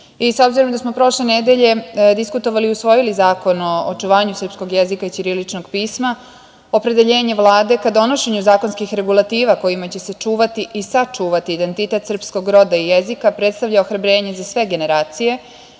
S obzirom da smo prošle nedelje diskutovali i usvojili Zakon o očuvanju srpskog jezika i ćiriličnog pisma, opredeljenje Vlade ka donošenju zakonskih regulativa kojima će se čuvati i sačuvati identitet srpskog roda i jezika, predstavlja ohrabrenje za sve generacije,